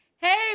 Hey